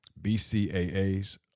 BCAAs